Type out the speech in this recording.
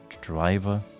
driver